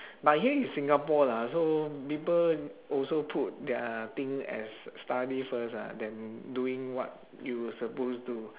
but here is singapore lah so people also put their thing as study first ah then doing what you suppose to